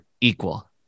equal